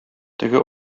теге